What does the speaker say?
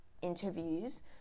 interviews